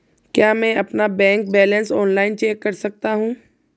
क्या मैं अपना बैंक बैलेंस ऑनलाइन चेक कर सकता हूँ?